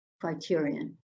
criterion